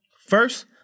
first